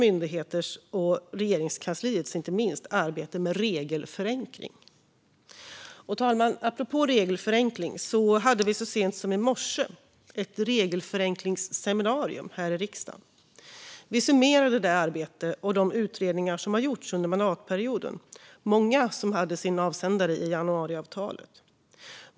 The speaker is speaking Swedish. Myndigheters och inte minst Regeringskansliets arbete med regelförenkling måste stärkas. Fru talman! Apropå regelförenkling hade vi så sent som i morse ett regelförenklingsseminarium här i riksdagen. Vi summerade det arbete och de utredningar som gjorts under mandatperioden, många med avsändare i januariavtalet.